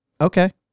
okay